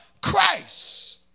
Christ